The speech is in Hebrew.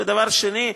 ודבר שני,